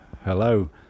Hello